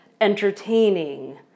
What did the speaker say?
entertaining